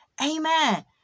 Amen